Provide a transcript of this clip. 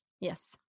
Yes